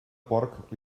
porc